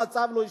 המצב לא ישתנה.